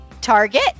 target